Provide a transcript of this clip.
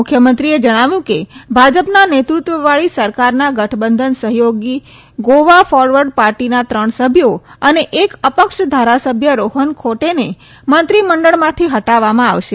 મુખ્યમંત્રીએ જણાવ્યું કે ભાજપના નેતૃત્વવાળી સરકારના ગઠબંધન સહયોગી ગોવા ફોરવર્ડ પાર્ટીના ત્રણ સભ્યો અને એક અપક્ષ ધારાસભ્ય રોહન ખોટેને મંત્રી મંડળમાંથી હટાવામાં આવશે